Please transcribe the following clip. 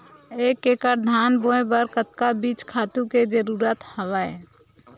एक एकड़ धान बोय बर कतका बीज खातु के जरूरत हवय?